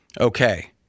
Okay